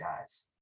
guys